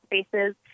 spaces